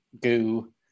goo